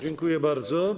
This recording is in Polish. Dziękuję bardzo.